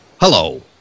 Hello